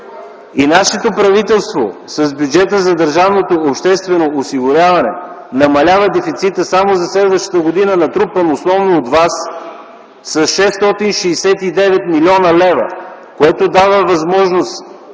Нашето правителство с бюджета на държавното обществено осигуряване намалява дефицита само за следващата година, натрупан основно от вас, с 669 млн. лв., което дава възможност